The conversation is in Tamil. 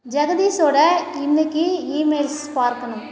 ஜெகதீஷ்சோட இன்னிக்கு ஈமெயில்ஸ் பார்க்கணும்